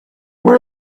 where